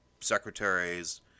secretaries